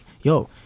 yo